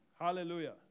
Hallelujah